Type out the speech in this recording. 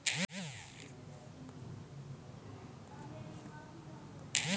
drone मे सुंग नहि होइ छै ओ सब फुल आ अमृतक ढेर नहि करय छै